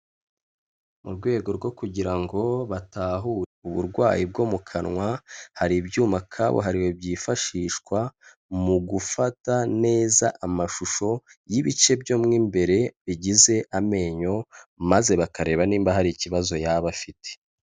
Mu rwego rwo kugira ngo batahure uburwayi bwo mu kanwa hari ibyuma kabuhariwe byifashishwa mu gufata neza amashusho y'ibice byo muim imbere bigize amenyo, maze bakareba niba hari ikibazo yaba afite.